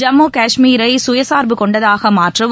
ஜம்மு காஷ்மீரைகயசார்பு கொண்டதாகமாற்றவும்